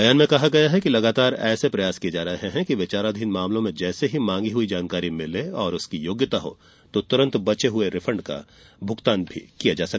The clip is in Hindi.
बयान में कहा गया है कि लगातार ऐसे प्रयास किए जा रहे हैं कि विचाराधीन मामलों में जैसे ही मांगी हई जानकारी मिले और उसकी योग्यता हो तो तुरन्त बचे हए रिफंड का भुगतान भी किया जा सके